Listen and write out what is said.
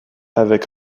avec